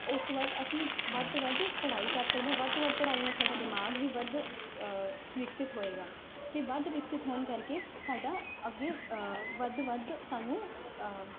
ਉਸ ਤੋਂ ਬਾਅਦ ਅਸੀਂ ਵੱਧ ਤੋਂ ਵੱਧ ਪੜ੍ਹਾਈ ਕਰ ਸਕਦੇ ਹਾਂ ਵੱਧ ਤੋਂ ਵੱਧ ਪੜ੍ਹਾਈ ਨਾਲ ਸਾਡਾ ਦਿਮਾਗ ਵੀ ਵੱਧ ਵਿਕਸਿਤ ਹੋਵੇਗਾ ਅਤੇ ਵੱਧ ਵਿਕਸਿਤ ਹੋਣ ਕਰਕੇ ਸਾਡਾ ਅੱਗੇ ਵੱਧ ਵੱਧ ਸਾਨੂੰ